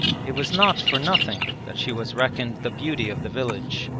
it was not for nothing that she was reckoned the beauty of the village.